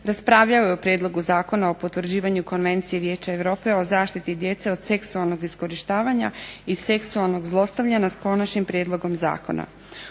prijedlog zakona o potvrđivanju Konvencije Vijeća Europe o zaštiti djece od seksualnog iskorištavanja i seksualnog zlostavljanja, bio je hitni